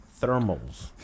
Thermals